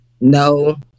no